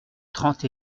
trente